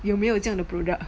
有没有这样 product